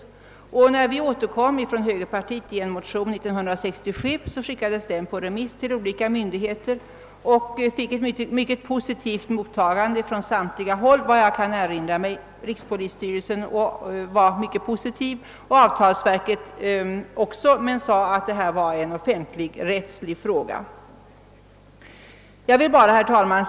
När vi från högerpartiet återkom till detta problem i en motion år 1967 sändes denna på remiss till olika myndigheter och fick — vad jag kan erinra mig — från samtliga håll mycket positivt mottagande. Rikspolisstyrelsen var liksom avtalsverket bland dessa positiva remissinstanser men verket förklarade att det här rörde sig om en offentligrättslig fråga. Herr talman!